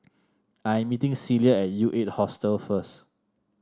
I'm meeting Celia at U Eight Hostel first